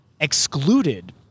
excluded